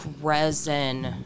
resin